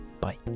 Bye